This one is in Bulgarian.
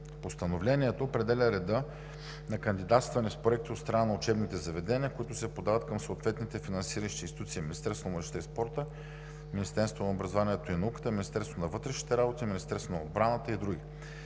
Постановлението определя реда на кандидатстване с проекти от страна на учебните заведения, които се подават към съответните финансиращи институции – Министерството на младежта и спорта, Министерството на образованието и науката, Министерството на вътрешните работи, Министерството на отбраната и други.